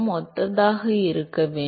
ஒத்ததாக இருக்க வேண்டும்